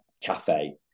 cafe